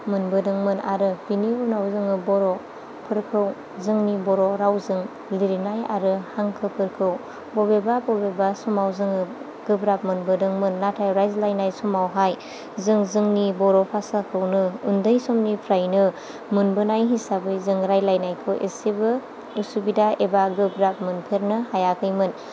मोनबोदोंमोन आरो बेनि उनाव जोङो बर'फोरखौ जोंनि बर' रावजों लिरनाय आरो हांखोफोरखौ बबेबा बबेबा समाव जोङो गोब्राब मोनबोदोंमोन नाथाय राज्लायनाय समावहाय जों जोंनि बर' भासाखौनो उन्दै समनिफ्रायनो मोनबोनाय हिसाबै जों रायज्लायनायखौ एसेबो उसुबिदा आरो गोब्राब मोनफेनो हायाखैमोन